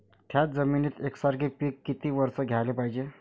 थ्याच जमिनीत यकसारखे पिकं किती वरसं घ्याले पायजे?